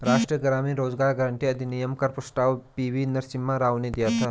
राष्ट्रीय ग्रामीण रोजगार गारंटी अधिनियम का प्रस्ताव पी.वी नरसिम्हा राव ने दिया था